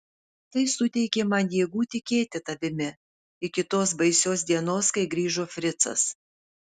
tai suteikė man jėgų tikėti tavimi iki tos baisios dienos kai grįžo fricas